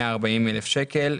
140,000 שקל,